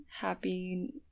happy